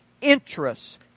interests